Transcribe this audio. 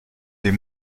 des